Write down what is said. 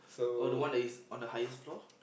oh the one that is on the highest floor